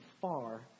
far